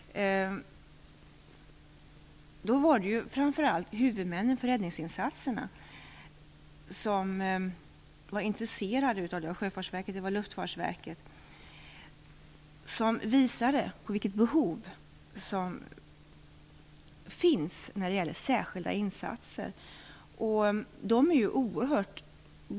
Det är framför allt huvudmännen för räddningsinsatserna som har varit intresserade - Sjöfartsverket och Luftfartsverket - och som har visat på vilket behov som finns när det gäller särskilda insatser.